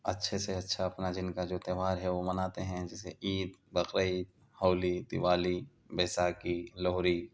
اچھے سے اچھا اپنا جن کا جو تیوہار ہے وہ مناتے ہیں جیسے عید بقرعید ہولی دیوالی بیساکھی لوہری